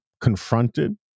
confronted